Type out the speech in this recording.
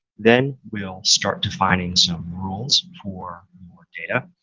then we'll start defining some rules for more data.